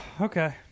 Okay